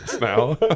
now